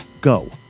Go